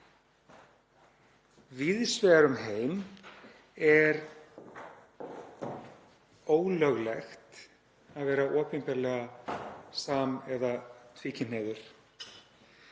Víðs vegar um heim er ólöglegt að vera opinberlega sam- eða tvíkynhneigður,